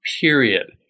period